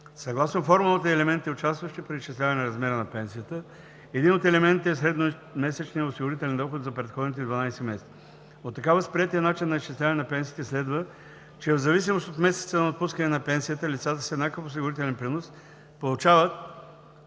Съгласно формулата и елементите, участващи при изчисляване размера на пенсията, един от елементите е средномесечният осигурителен доход за предходните 12 месеца. От така възприетия начин на изчисляване на пенсиите следва, че в зависимост от месеца на отпускане на пенсията лицата с еднакъв осигурителен принос получават